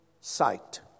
sight